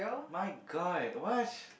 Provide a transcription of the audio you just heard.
my god what